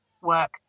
work